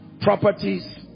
Properties